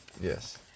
Yes